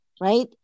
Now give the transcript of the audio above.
right